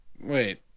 Wait